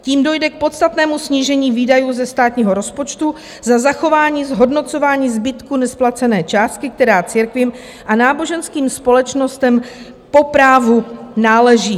Tím dojde k podstatnému snížení výdajů ze státního rozpočtu za zachování zhodnocování zbytku nesplacené částky, která církvím a náboženským společnostem po právu náleží.